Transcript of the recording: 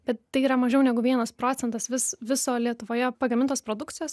bet tai yra mažiau negu vienas procentas vis viso lietuvoje pagamintos produkcijos